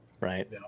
Right